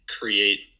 create